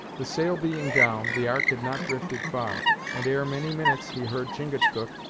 the sail being down, the ark had not drifted far and ere many minutes he heard chingachgook,